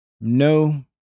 No